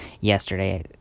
yesterday